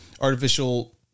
artificial